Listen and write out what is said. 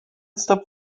stop